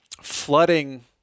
flooding